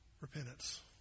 repentance